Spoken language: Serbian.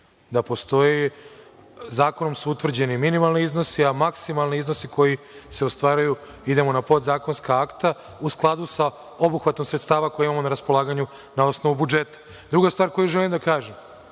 da postoje. Zakonom su utvrđeni minimalni iznosi, a maksimalni iznosi koji se ostvaruju idemo na podzakonska akta, u skladu sa obuhvatom sredstava koje imamo na raspolaganju na osnovu budžeta. Druga stvar koju želim da kažem,